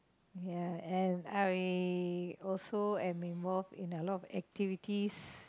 ya and I also am involved in a lot of activities